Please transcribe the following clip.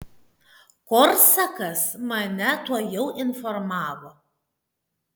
korsakas mane tuojau informavo